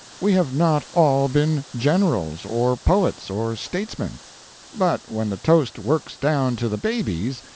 we have not all been generals, or poets, or statesmen but when the toast works down to the babies,